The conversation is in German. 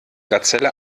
gazelle